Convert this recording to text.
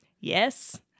Yes